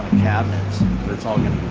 cabinet. it's but it's all gonna